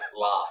laugh